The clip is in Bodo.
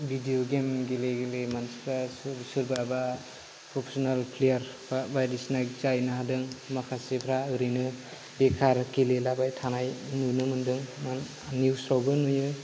भिडिअ गेम गेले गेले मानसिफ्रा सोरबाबा प्रफेसनेल प्लेयारफोरा बायदिसिना जायना देरहादों माखासेफ्रा ओरैनो बेखार गेलेलाबाय थानाय नुनो मोन्दोंमोन निउफ्रावबो नुयो